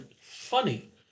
funny